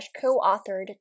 co-authored